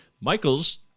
Michael's